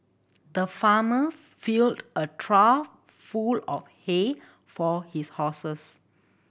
the farmer filled a trough full of hay for his horses